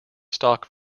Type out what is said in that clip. stock